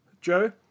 Joe